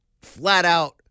flat-out